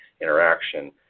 interaction